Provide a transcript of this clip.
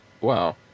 Wow